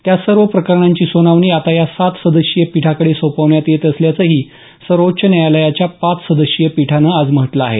त्या सर्व प्रकरणांची सुनावणी आता या सात सदस्यीय पिठाकडे सोपवण्यात येत असल्याचंही सर्वोच्च न्यायालयाच्या पाच सदस्यीय पिठानं आज म्हटलं आहे